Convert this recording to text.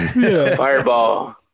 Fireball